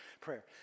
prayer